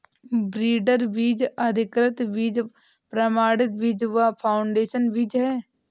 breeder बीज, अधिकृत बीज, प्रमाणित बीज व फाउंडेशन बीज है